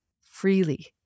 freely